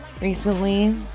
recently